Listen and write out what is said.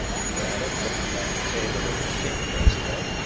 he added, looking round the table in a shamefaced way,